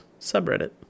subreddit